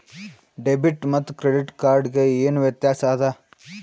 Debit ಮತ್ತ credit card ಗೆ ಏನ ವ್ಯತ್ಯಾಸ ಆದ?